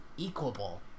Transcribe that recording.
equable